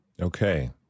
Okay